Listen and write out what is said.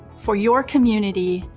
for your community,